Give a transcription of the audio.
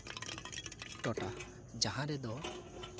ᱴᱚᱴᱟ ᱡᱟᱦᱟᱸ ᱨᱮᱫᱚ